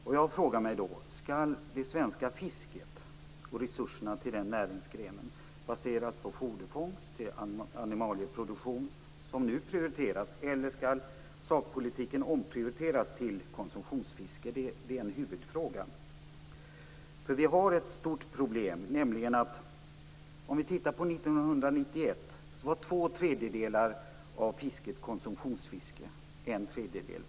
Jag frågar mig då: Skall det svenska fisket och resurserna till denna näringsgren baseras på foderfångst till animalieproduktion, som nu prioriteras, eller skall sakpolitiken omprioriteras till förmån för konsumtionsfisket? Detta är en huvudfråga. Vi har ett stort problem. 1991 utgjorde konsumtionsfiske två tredjedelar av fisket och foderfiske en tredjedel.